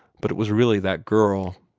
but it was really that girl.